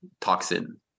toxin